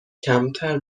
کمتر